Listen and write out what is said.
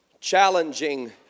challenging